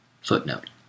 Footnote